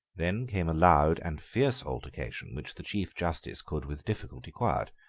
then came a loud and fierce altercation, which the chief justice could with difficulty quiet.